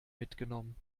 mitgenommen